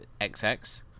XX